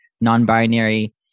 non-binary